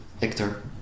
Hector